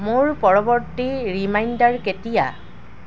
মোৰ পৰৱৰ্তী ৰিমাইণ্ডাৰ কেতিয়া